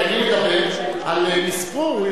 כי אני מתבסס על מספור.